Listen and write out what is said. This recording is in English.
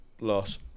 Loss